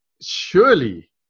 surely